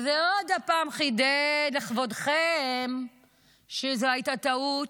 זה עוד פעם חידד לכבודכם שזו הייתה טעות,